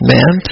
Man